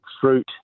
fruit